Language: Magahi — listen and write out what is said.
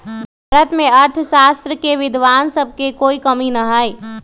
भारत में अर्थशास्त्र के विद्वान सब के कोई कमी न हई